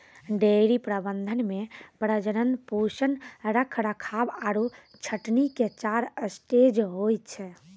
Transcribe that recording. dairy प्रबंधन मॅ प्रजनन, पोषण, रखरखाव आरो छंटनी के चार स्टेज होय छै